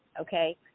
okay